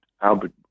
Albert